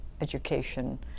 education